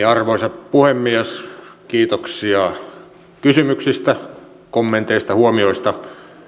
arvoisa puhemies kiitoksia kysymyksistä kommenteista huomioista